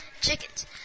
chickens